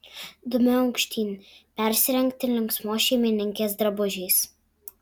dumiu aukštyn persirengti linksmos šeimininkės drabužiais